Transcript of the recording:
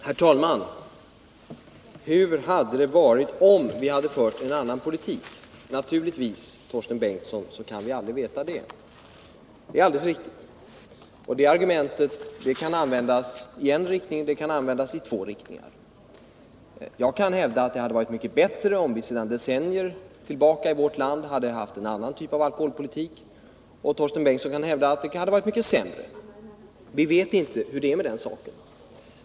Herr talman! Hur hade det varit om vi hade fört en annan politik? Det kan vi naturligtvis inte veta, Torsten Bengtson, det är alldeles riktigt. Det argumentet kan användas i två riktningar: Jag kan hävda att det hade varit mycket bättre om vi sedan decennier tillbaka hade haft en annan typ av alkoholpolitik i vårt land, och Torsten Bengtson kan hävda att det hade varit mycket sämre. Vi vet inte hur det är med den saken.